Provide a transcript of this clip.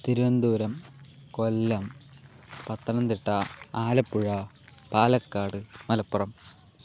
Thiruvananthapuram Kollam Pathanamthitta Alappuzha Palakkad Malappuram